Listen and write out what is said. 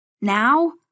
Now